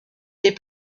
les